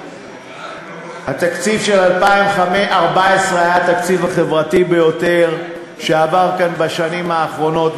התקציב של 2014 היה התקציב החברתי ביותר שעבר כאן בשנים האחרונות,